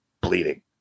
bleeding